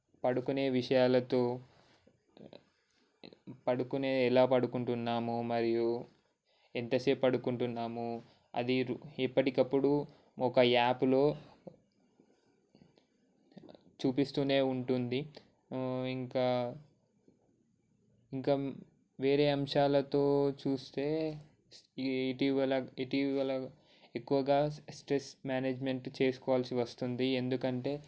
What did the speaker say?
పడుకునే విషయాలతో పడుకునే ఎలా పడుకుంటున్నాము మరియు ఎంతసే పడుకుంటున్నాము అది ఎప్పడికప్పుడు ఒక యాప్లో చూపిస్తూనే ఉంటుంది ఇంకా ఇంకా వేరే అంశాలతో చూస్తే ఇటీవల ఇటీవల ఎక్కువగా స్ట్రెస్ మేనేజ్మెంట్ చేసుకోవాల్సి వస్తుంది ఎందుకంటే